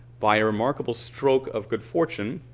by remarkable stroke of good fortune